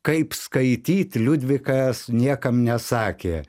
kaip skaityt liudvikas niekam nesakė